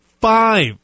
five